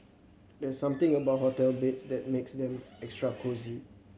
there's something about hotel beds that makes them extra cosy